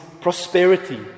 prosperity